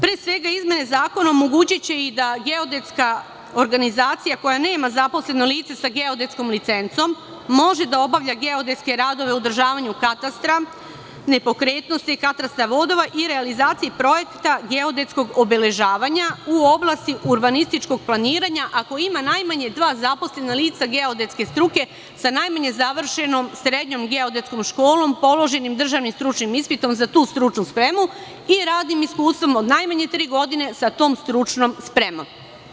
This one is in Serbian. Pre svega, izmene Zakona omogućiće i da geodetska organizacija, koja nema zaposlena lica sa geodetskom licencom, može da obavlja geodetske radove u odražavanju katastra nepokretnosti, katastra vodova i realizaciji projekta geodetskog obeležavanja u oblasti urbanističkog planiranja, ako ima najmanje dva zaposlena lica geodetske struke, sa najmanje završenom srednjom geodetskom školom, položenim državnim stručnim ispitom za tu stručnu spremu i radnim iskustvom od najmanje tri godine sa tom stručnom spremom.